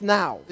now